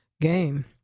game